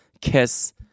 kiss